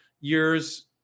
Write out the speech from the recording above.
years